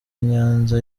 nyanza